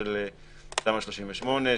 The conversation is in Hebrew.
ובנושא של תמ"א 38,